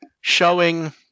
showing